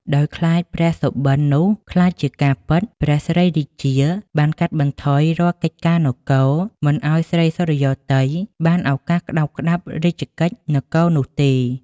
ដោយខ្លាចព្រះសុបិននោះក្លាយជាការពិត ព្រះស្រីរាជា បានកាត់បន្ថយរាល់កិច្ចការនគរ មិនឱ្យស្រីសុរិយោទ័យបានឱកាសក្ដោបក្ដាប់រាជកិច្ចនគរនោះទេ ។